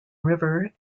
river